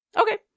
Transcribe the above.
Okay